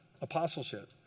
apostleship